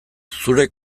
zure